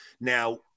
Now